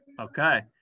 Okay